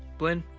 blynn,